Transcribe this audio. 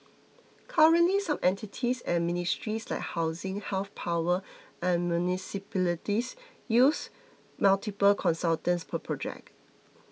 currently some entities and ministries like housing health power and municipalities use multiple consultants per project